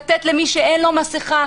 לתת למי שאין לו מסכה.